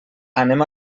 anem